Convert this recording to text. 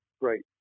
great